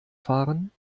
fahren